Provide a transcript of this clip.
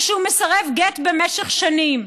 ושהוא מסרב גט במשך שנים.